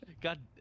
God